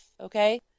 okay